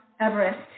Everest